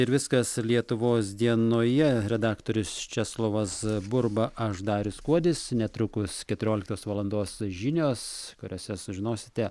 ir viskas lietuvos dienoje redaktorius česlovas burba aš darius kuodis netrukus keturioliktos valandos žinios kuriose sužinosite